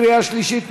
בקריאה שלישית.